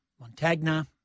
Montagna